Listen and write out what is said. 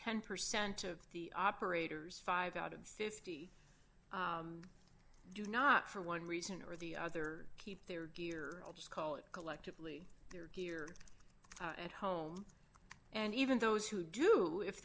ten percent of the operators five out of fifty do not for one reason or the other keep their gear let's call it collectively they're here at home and even those who do if